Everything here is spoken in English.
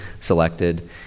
selected